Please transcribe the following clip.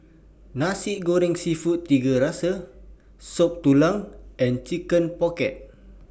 Nasi Goreng Seafood Tiga Rasa Soup Tulang and Chicken Pocket